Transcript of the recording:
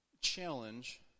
challenge